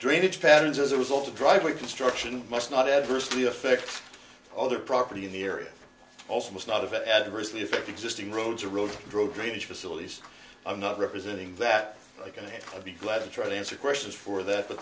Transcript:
drainage patterns as a result of driveway construction must not adversely affect other property in the area also must not have adversely affect existing roads or road draw drainage facilities i'm not representing that they're going to be let me try to answer questions for that but